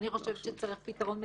ואני חושבת שצריך פתרון מדיני.